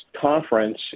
conference